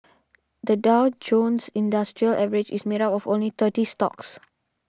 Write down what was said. the Dow Jones Industrial Average is made up of only thirty stocks